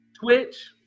Twitch